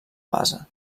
base